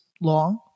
long